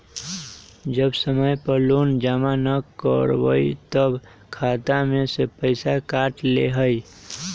जब समय पर लोन जमा न करवई तब खाता में से पईसा काट लेहई?